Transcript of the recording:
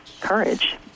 courage